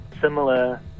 Similar